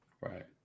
Right